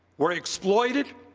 were exploited,